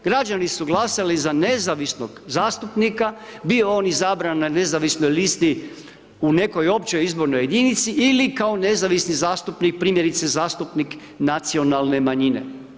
Građani su glasali za nezavisnog zastupnika, bio on izabran na nezavisnoj listi u nekoj općoj izbornoj jedinici, ili kao nezavisni zastupnik, primjerice zastupnik nacionalne manjine.